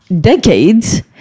decades